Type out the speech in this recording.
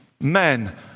men